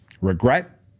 regret